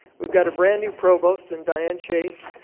we've got a brand new provost in diane chase.